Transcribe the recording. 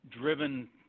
driven